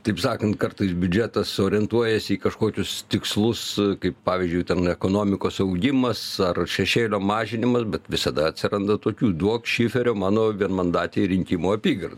taip sakant kartais biudžetas orientuojasi į kažkokius tikslus kaip pavyzdžiui ten ekonomikos augimas ar šešėlio mažinimas bet visada atsiranda tokių duok šiferio mano vienmandatei rinkimų apygard